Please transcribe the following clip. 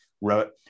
wrote